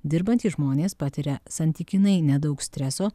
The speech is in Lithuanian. dirbantys žmonės patiria santykinai nedaug streso